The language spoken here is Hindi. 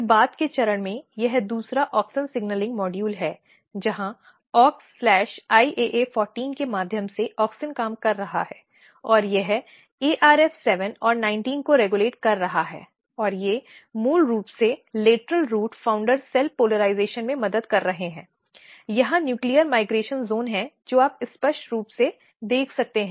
फिर बाद के चरण में यह दूसरा ऑक्सिन सिग्नलिंग मॉड्यूल है जहां AuxIAA 14 के माध्यम से ऑक्सिन काम कर रहा है और यह ARF 7 और 19 को रेगुलेट कर रहा है और वे मूल रूप से lateral root founder cell polarisation में मदद कर रहे हैं यहां न्यूक्लियर माइग्रेशन जोन है जो आप स्पष्ट रूप से देख सकते हैं